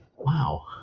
wow